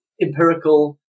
empirical